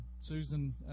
Susan